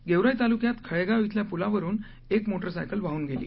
गेवराई तालुक्यात खळेगाव शिल्या पुलावरून एक मोटार सायकल वाहून गेली